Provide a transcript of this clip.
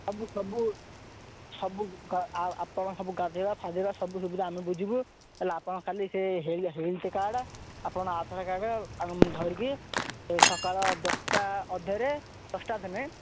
ସବୁ ସବୁ ସବୁ ଆପଣଙ୍କ ସବୁ ଗାଧେଇବା ଫାଦେଇବା ସବୁ ସୁବିଧା ଆମେ ବୁଝିବୁ ହେଲା ଆପଣ ଖାଲି ସେ ହେଲଥ କାର୍ଡ଼ ଆପଣ ଆଧାର କାର୍ଡ଼ ଆଉ ଧରିକି ସକାଳ ଦଶ ଟା ଅଧେ ରେ ଦଶ ଟା ଅଧେ ନୁହେଁ